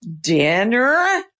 dinner